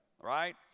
right